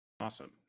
Awesome